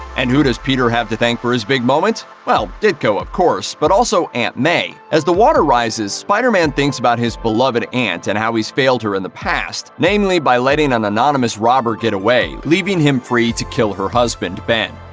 and who does peter have to thank for his big moment? well, ditko, of course, but also aunt may. as the water rises, spider-man thinks about his beloved aunt, and how he's failed her in the past namely by letting an anonymous robber get away, leaving him free to kill her husband uncle ben.